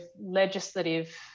legislative